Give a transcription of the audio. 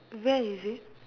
where is it